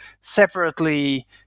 separately